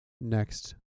next